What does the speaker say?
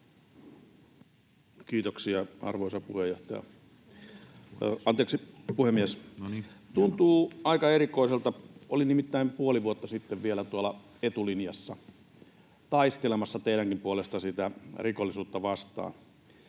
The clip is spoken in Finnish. Kiitoksia, arvoisa puheenjohtaja — anteeksi puhemies! Tuntuu aika erikoiselta — olin nimittäin puoli vuotta sitten vielä tuolla etulinjassa taistelemassa teidänkin puolesta sitä rikollisuutta vastaan.